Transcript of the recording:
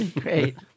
Great